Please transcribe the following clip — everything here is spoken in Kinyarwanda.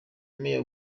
meya